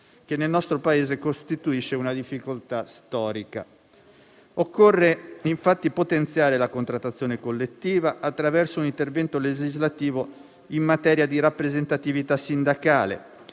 che nel nostro Paese costituisce una difficoltà storica. Occorre infatti potenziare la contrattazione collettiva attraverso un intervento legislativo in materia di rappresentatività sindacale,